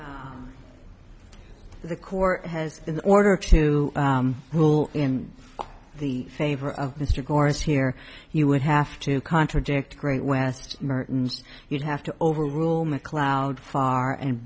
so the court has in order to rule in the favor of mr gore's here you would have to contradict great west merton's you'd have to overrule macleod far and